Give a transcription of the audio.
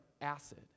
acid